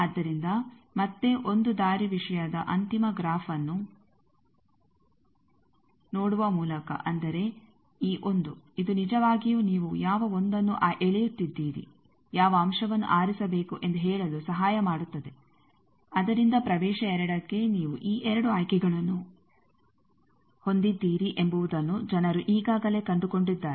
ಆದ್ದರಿಂದ ಮತ್ತೆ 1 ದಾರಿವಿಷಯದ ಅಂತಿಮ ಗ್ರಾಫ್ಅನ್ನು ನೋಡುವ ಮೂಲಕ ಅಂದರೆ ಈ 1 ಇದು ನಿಜವಾಗಿಯೂ ನೀವು ಯಾವ 1ಅನ್ನು ಎಳೆಯುತ್ತಿದ್ದೀರಿ ಯಾವ ಅಂಶವನ್ನು ಆರಿಸಬೇಕು ಎಂದು ಹೇಳಲು ಸಹಾಯ ಮಾಡುತ್ತದೆ ಅದರಿಂದ ಪ್ರದೇಶ 2ಕ್ಕೆ ನೀವು ಈ 2 ಆಯ್ಕೆಗಳನ್ನು ಹೊಂದಿದ್ದೀರಿ ಎಂಬುವುದನ್ನು ಜನರು ಈಗಾಗಲೇ ಕಂಡುಕೊಂಡಿದ್ದಾರೆ